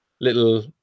little